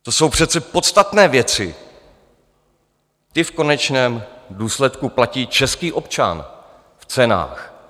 To jsou přece podstatné věci, ty v konečném důsledku platí český občan v cenách.